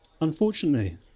Unfortunately